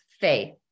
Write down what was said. faith